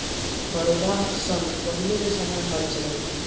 हरवाह सन पहिले के समय हल चलावें